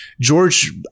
George